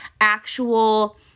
actual